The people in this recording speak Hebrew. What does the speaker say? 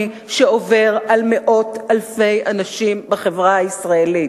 שעובר על מאות אלפי אנשים בחברה הישראלית.